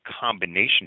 combination